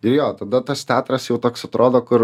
ir jo tada tas teatras jau toks atrodo kur